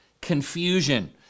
confusion